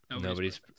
Nobody's